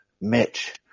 Mitch